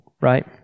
Right